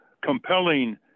compelling